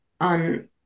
on